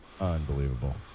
unbelievable